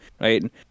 right